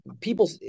people